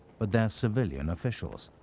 but their civilian officials.